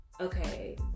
okay